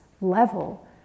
level